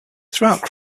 throughout